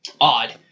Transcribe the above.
odd